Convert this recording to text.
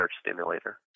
stimulator